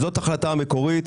זאת ההחלטה המקורית,